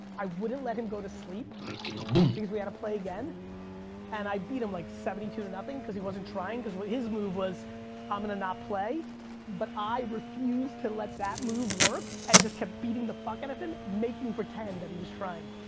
i wouldn't let him go to sleep because we had to play again and i beat him like seventy two to nothing cause he wasn't trying. cause what his move was i'm gonna not play but i refused to let that move work and just kept beating the fuck out and of him making pretend that he was trying.